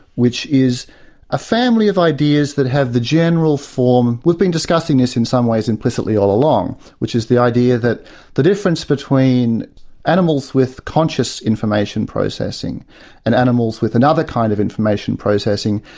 which is a family of ideas that have the general form we've been discussing this in some ways implicitly all along which is the idea that the difference between animals with conscious information processing and animals with another kind of information processing,